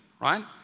right